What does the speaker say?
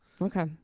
Okay